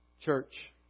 Church